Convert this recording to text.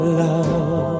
love